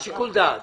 לשיקול דעת.